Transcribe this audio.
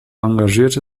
engagierte